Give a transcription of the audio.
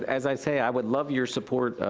as i say, i would love your support,